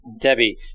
Debbie